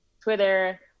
twitter